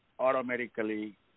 Automatically